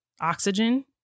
oxygen